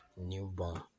newborn